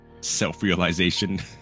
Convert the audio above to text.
self-realization